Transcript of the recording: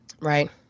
Right